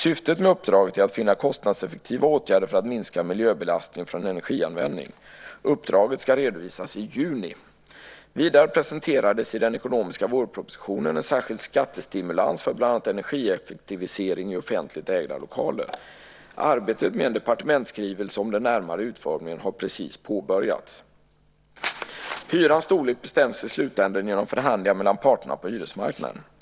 Syftet med uppdraget är att finna kostnadseffektiva åtgärder för att minska miljöbelastningen från energianvändning. Uppdraget ska redovisas i juni. Vidare presenterades i den ekonomiska vårpropositionen en särskild skattestimulans för bland annat energieffektivisering i offentligt ägda lokaler. Arbetet med en departementsskrivelse om den närmare utformningen har precis påbörjats. Hyrans storlek bestäms i slutändan genom förhandlingar mellan parterna på hyresmarknaden.